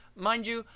mind you,